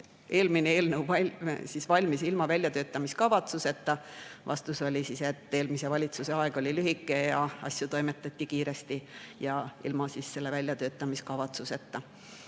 eelmine eelnõu valmis ilma väljatöötamiskavatsuseta. Vastus oli, et eelmise valitsuse aeg oli lühike ja asju toimetati kiiresti ja ilma väljatöötamiskavatsuseta.